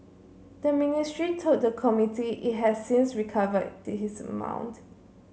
the ministry told the committee it has since recovered this his amount